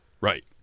Right